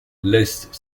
laissent